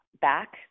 back